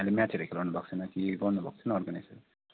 अहिले म्याचहरू खेलाउनु भएको छैन कि गर्नु भएको छैन अर्गनाइजहरू